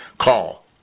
Call